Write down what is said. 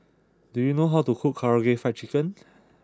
do you know how to cook Karaage Fried Chicken